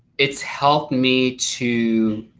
it's helped me to